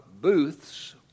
Booths